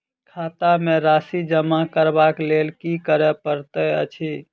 खाता मे राशि जमा करबाक लेल की करै पड़तै अछि?